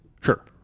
Sure